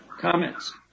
Comments